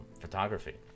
photography